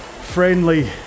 friendly